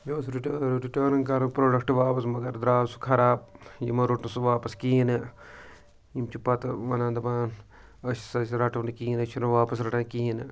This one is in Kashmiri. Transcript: مےٚ اوس رِٹٲ رِٹٲرٕن کَرُن پرٛوڈَکٹ واپَس مگر درٛاو سُہ خراب یِمو روٚٹ نہٕ سُہ واپَس کِہیٖنۍ نہٕ یِم چھِ پَتہٕ وَنان دَپان أسۍ أسۍ رَٹو نہٕ کِہیٖنۍ أسۍ چھِنہٕ واپَس رَٹان کِہیٖنۍ نہٕ